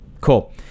cool